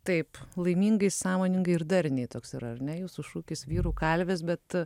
taip laimingai sąmoningai ir darniai toks yra ar ne jūsų šūkis vyrų kalvis bet